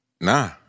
nah